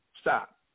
Stop